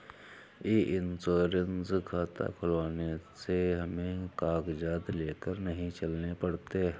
ई insurance खाता खुलवाने से हमें कागजात लेकर नहीं चलने पड़ते